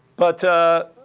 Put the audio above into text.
but